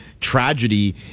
tragedy